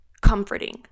comforting